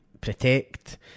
protect